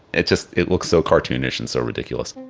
it just it looks so cartoonish and so ridiculous.